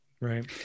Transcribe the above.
Right